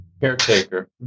caretaker